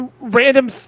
random